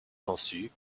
sansu